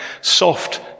soft